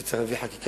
כי צריך להביא חקיקה,